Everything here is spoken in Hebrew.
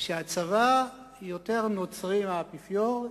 שהצבא יותר נוצרי מהאפיפיור,